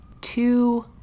two